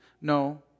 No